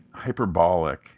hyperbolic